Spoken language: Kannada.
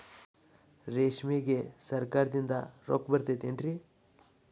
ರೇಷ್ಮೆಗೆ ಸರಕಾರದಿಂದ ರೊಕ್ಕ ಬರತೈತೇನ್ರಿ?